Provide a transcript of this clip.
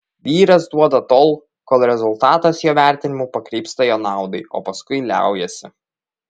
vyras duoda tol kol rezultatas jo vertinimu pakrypsta jo naudai o paskui liaujasi